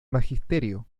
magisterio